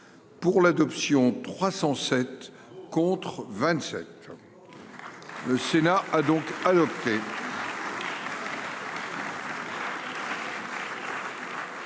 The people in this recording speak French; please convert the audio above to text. pour l'adoption 307 contre 27. Le Sénat a donc allô.